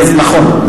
נכון.